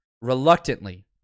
reluctantly